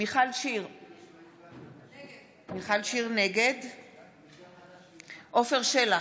מיכל שיר סגמן, נגד עפר שלח,